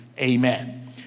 Amen